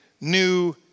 new